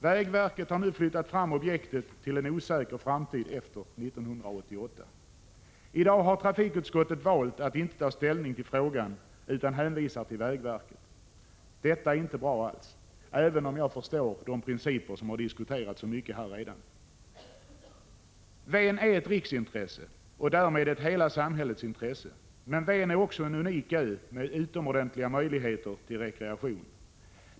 Vägverket har nu flyttat fram objektet till en osäker framtid efter 1988. I dag har trafikutskottet valt att inte ta ställning till frågan utan hänvisar till vägverket. Detta är inte alls bra, även om jag förstår de principer som redan diskuterats så mycket här. Ven är ett riksintresse och därmed ett hela samhällets intresse. Men Ven är också en unik ö med utomordentliga möjligheter till rekreation.